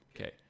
Okay